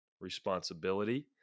responsibility